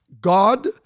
God